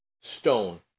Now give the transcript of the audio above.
stone